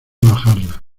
bajarla